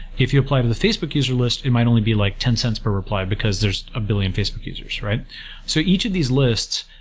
if you apply to the facebook user list, it might only be like ten cents per reply, because there's a billion facebook users. so each of these lists,